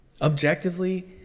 Objectively